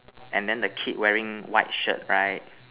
and then the kid wearing white shirt right